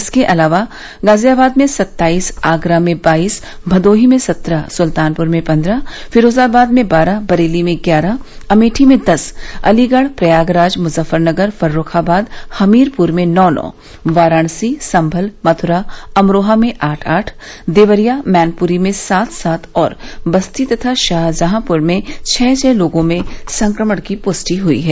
इसके अलावा गाजियाबाद में सत्ताईस आगरा में बाईस भदोही में सत्रह सुल्तानपुर में पन्द्रह फिरोजाबाद में बारह बरेली में ग्यारह अमेठी में दस अलीगढ़ प्रयागराज मुजफ्फरनगर फर्रूखाबाद हमीरपुर में नौ नौ वाराणसी संभल मथुरा अमरोहा में आठ आठ देवरिया मैनपुरी में सात सात और बस्ती तथा शाहजहांपुर में छः छः लोगों में संक्रमण की प्रष्टि हुयी है